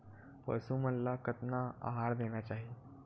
पशु मन ला कतना आहार देना चाही?